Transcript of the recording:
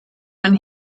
when